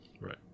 right